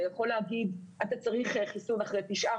אתה יכול להגיד אתה צריך חיסון אחרי תשעה